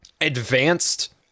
advanced